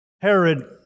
Herod